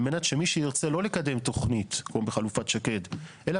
מנת שמי שירצה לא לקדם תוכנית או בחלופת שקד אלא